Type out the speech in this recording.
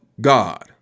God